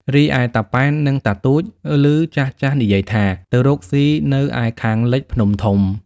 រីឯ តាប៉ែននិងតាទូច ឮចាស់ៗនិយាយថា ទៅរកស៊ីនៅឯខាងលិចភ្នំធំ ។